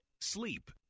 SLEEP